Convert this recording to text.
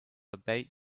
about